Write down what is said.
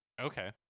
Okay